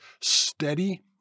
steady